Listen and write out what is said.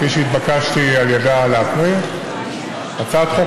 כפי שהתבקשתי על ידה להקריא: הצעת חוק